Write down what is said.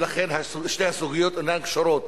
ולכן שתי הסוגיות אינן קשורות.